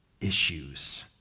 issues